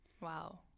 Wow